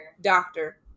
Doctor